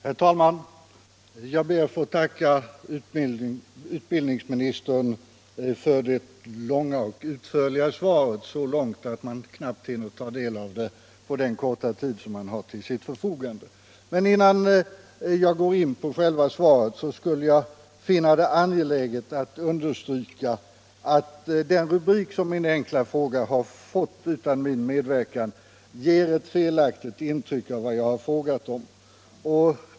Herr talman! Jag ber att få tacka utbildningsministern för det långa och utförliga svaret, så långt att man knappt hinner ta del av det på den korta tid man har till sitt förfogande. Innan jag går in på själva svaret finner jag det angeläget att understryka att den rubrik som min enkla fråga utan min medverkan har fått ger ett felaktigt intryck av vad jag frågat om.